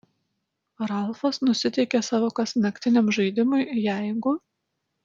ralfas nusiteikė savo kasnaktiniam žaidimui jeigu